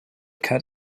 cut